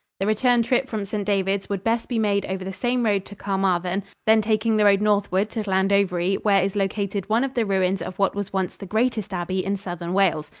the return trip from st. davids would best be made over the same road to carmarthen, then taking the road northward to llandovery, where is located one of the ruins of what was once the greatest abbey in southern wales.